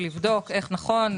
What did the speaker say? לבדוק איך נכון,